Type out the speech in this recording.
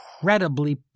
incredibly